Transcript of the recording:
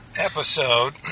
episode